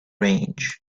range